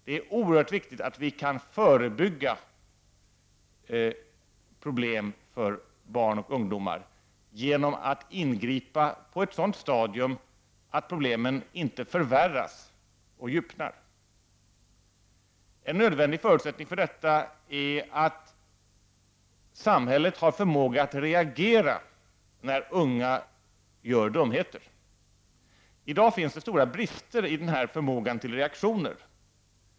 Det är oerhört viktigt att vi kan förebygga problem för barn och ungdomar genom att ingripa på ett så tidigt stadium att problemen inte förvärras och fördjupas. En nödvändig förutsättning för detta är att samhället har förmåga att reagera när unga människor begår dumheter. I dag finns det stora brister i den här förmågan till reaktion.